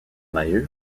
aïeul